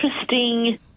interesting